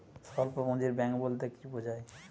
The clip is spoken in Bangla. স্বল্প পুঁজির ব্যাঙ্ক বলতে কি বোঝায়?